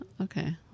Okay